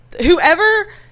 Whoever